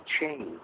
change